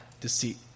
deceit